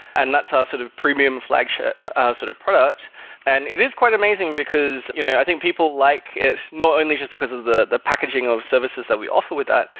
and that's our sort of premium flagship sort of product and it is quite amazing, because you know i think people like it not only just because of the the packaging of services that we offer with that,